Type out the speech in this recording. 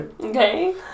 Okay